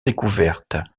découvertes